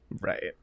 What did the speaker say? right